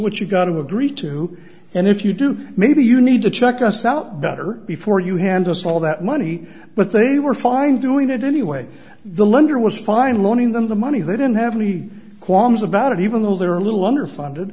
what you've got to agree to and if you do maybe you need to check us out better before you handle all that money but they were fine doing it anyway the lender was fine loaning them the money they didn't have any qualms about it even though they're a little under funded